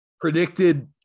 predicted